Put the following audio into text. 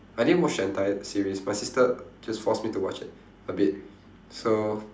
I didn't watch the entire series my sister just forced me to watch it a bit so